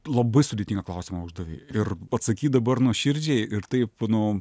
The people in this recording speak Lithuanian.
labai sudėtingą klausimą uždavei ir atsakyt dabar nuoširdžiai ir taip nu